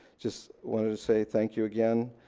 just want to say thank you again,